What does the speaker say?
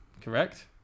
Correct